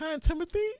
Timothy